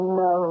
no